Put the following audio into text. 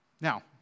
Now